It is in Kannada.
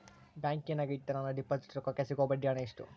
ಬ್ಯಾಂಕಿನಾಗ ಇಟ್ಟ ನನ್ನ ಡಿಪಾಸಿಟ್ ರೊಕ್ಕಕ್ಕೆ ಸಿಗೋ ಬಡ್ಡಿ ಹಣ ಎಷ್ಟು?